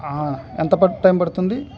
ఎంత ప టైం పడుతుంది